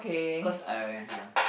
cause I ya